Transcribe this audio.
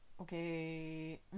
okay